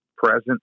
present